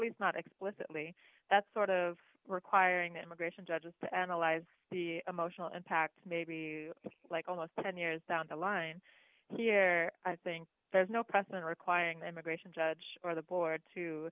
least not explicitly that sort of requiring immigration judges to analyze the emotional impact maybe like almost ten years down the line here i think there's no precedent requiring the immigration judge or the board to